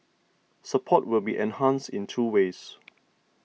support will be enhanced in two ways